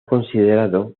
considerado